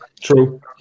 true